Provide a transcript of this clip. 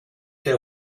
der